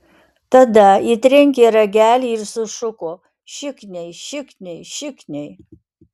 tada ji trenkė ragelį ir sušuko šikniai šikniai šikniai